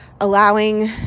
allowing